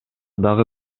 дагы